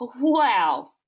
Wow